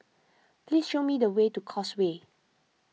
please show me the way to Causeway